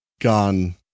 gone